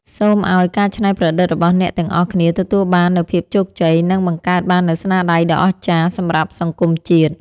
សូមឱ្យការច្នៃប្រឌិតរបស់អ្នកទាំងអស់គ្នាទទួលបាននូវភាពជោគជ័យ និង បង្កើតបាននូវស្នាដៃដ៏អស្ចារ្យសម្រាប់សង្គមជាតិ។